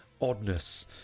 oddness